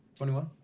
21